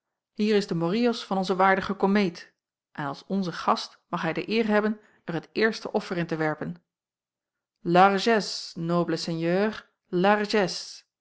hier is de morillos van onze waardige komeet en als onze gast mag hij de eer hebben er het eerste offer in te werpen largesse nobles seigneurs largesse